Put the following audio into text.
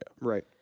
right